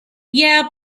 yeah